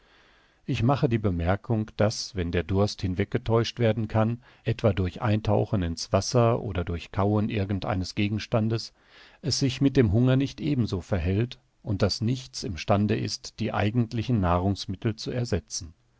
ich mache die bemerkung daß wenn der durst hinweggetäuscht werden kann etwa durch eintauchen in's wasser oder durch kauen irgend eines gegenstandes es sich mit dem hunger nicht ebenso verhält und daß nichts im stande ist die eigentlichen nahrungsmittel zu ersetzen